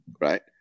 right